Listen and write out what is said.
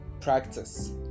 practice